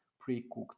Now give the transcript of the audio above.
pre-cooked